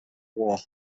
war